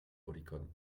oricon